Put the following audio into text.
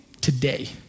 today